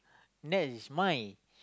next is mine